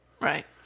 Right